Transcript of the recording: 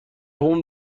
اون